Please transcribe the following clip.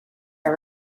are